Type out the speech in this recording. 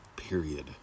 Period